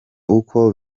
uko